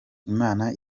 imana